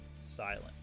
silent